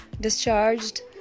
discharged